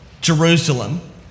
Jerusalem